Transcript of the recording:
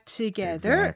together